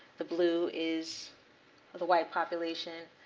the blue is the white population,